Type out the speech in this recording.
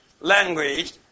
language